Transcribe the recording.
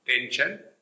tension